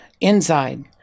inside